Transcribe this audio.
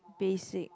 basic